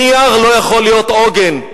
נייר לא יכול להיות עוגן.